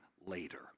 later